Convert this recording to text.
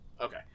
Okay